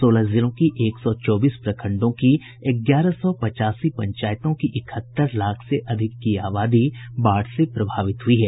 सोलह जिलों की एक सौ चौबीस प्रखंडों की ग्यारह सौ पचासी पंचायतों की इकहत्तर लाख से अधिक की आबादी बाढ़ से प्रभावित हुई है